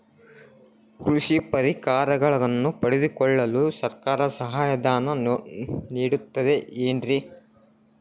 ಕೃಷಿ ಪರಿಕರಗಳನ್ನು ಪಡೆದುಕೊಳ್ಳಲು ಸರ್ಕಾರ ಸಹಾಯಧನ ನೇಡುತ್ತದೆ ಏನ್ರಿ?